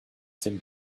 tim